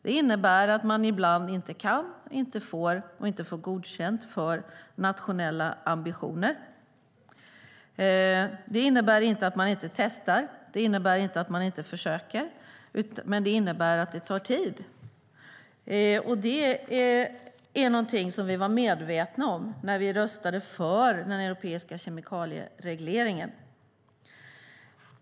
Det innebär att man ibland inte kan och inte får godkänt för nationella ambitioner. Det innebär inte att man inte testar. Det innebär inte att man inte försöker. Men det innebär att det tar tid. Det är något som vi var medvetna om när vi röstade för den europeiska kemikalieregleringen.